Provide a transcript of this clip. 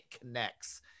connects